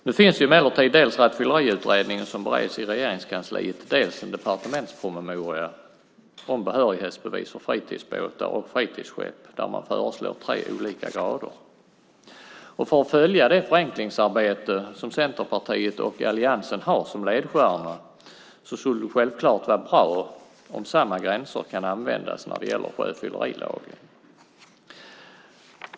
Nu finns det emellertid dels Rattfylleriutredningen som bereds i Regeringskansliet, dels en departementspromemoria om behörighetsbevis för fritidsbåtar och fritidsskepp där man föreslår tre olika grader. För att följa det förenklingsarbete som Centerpartiet och alliansen har som ledstjärna skulle det självklart vara bra om samma gränser kan användas när det gäller sjöfyllerilagen. Fru talman!